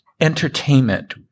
entertainment